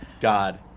God